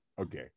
Okay